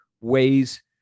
ways